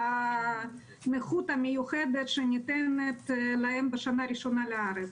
והנכות המיוחדת שניתנת להם בשנה הראשונה בארץ.